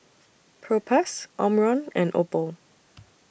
Propass Omron and Oppo